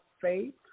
faith